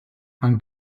han